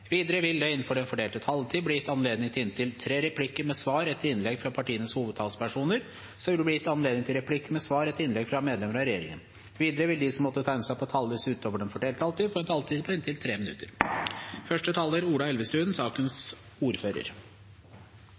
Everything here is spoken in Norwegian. Videre vil det – innenfor den fordelte taletid – bli gitt anledning til inntil tre replikker med svar etter innlegg fra partienes hovedtalspersoner. Så vil det bli gitt anledning til replikker med svar etter innlegg fra medlemmer av regjeringen. Videre vil de som måtte tegne seg på talerlisten utover den fordelte taletid, også få en taletid på inntil 3 minutter.